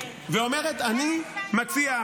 ואומרת: אני מציעה,